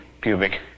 pubic